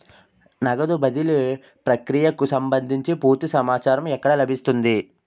నగదు బదిలీ ప్రక్రియకు సంభందించి పూర్తి సమాచారం ఎక్కడ లభిస్తుంది?